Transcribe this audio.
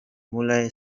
mulai